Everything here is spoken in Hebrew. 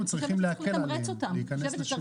אנחנו צריכים להקל עליהם להיכנס לשוק.